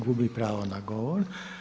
Gubi pravo na govor.